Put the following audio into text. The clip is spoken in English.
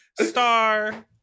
Star